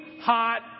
hot